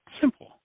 Simple